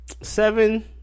Seven